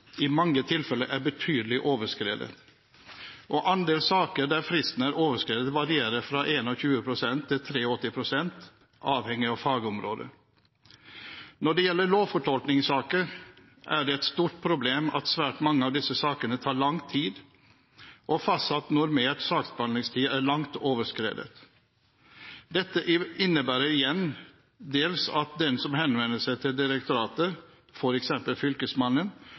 i mange tilfeller er betydelig overskredet, og andel saker der fristen er overskredet, varierer fra 21 pst. til 83 pst., avhengig av fagområde. Når det gjelder lovfortolkningssaker, er det et stort problem at svært mange av disse sakene tar lang tid, og fastsatt normert saksbehandlingstid er langt overskredet. Dette innebærer igjen dels at den som henvender seg til direktoratet, f.eks. Fylkesmannen,